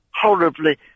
Horribly